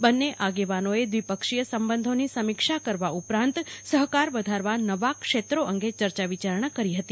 બંને આગેવાનો એ દ્વિપક્ષીય સંબંધોની સમીક્ષા કરવા ઉપરાંત સહકાર વધારવા નવા ક્ષેત્રો અંગે ચર્ચા વિચારણા કરી હતી